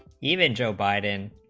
even joe biden,